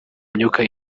myuka